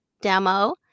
demo